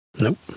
Nope